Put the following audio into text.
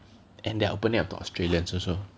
and they're opening up to Australians also